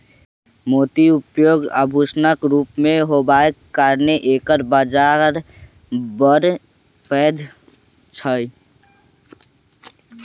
मोतीक उपयोग आभूषणक रूप मे होयबाक कारणेँ एकर बाजार बड़ पैघ छै